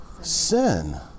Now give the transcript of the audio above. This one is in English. sin